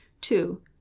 two